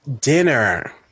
dinner